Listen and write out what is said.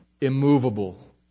immovable